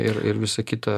ir ir visa kita